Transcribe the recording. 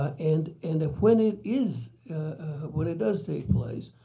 and and when it is when it does take place,